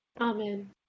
Amen